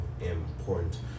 important